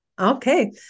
Okay